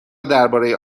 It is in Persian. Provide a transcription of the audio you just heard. درباره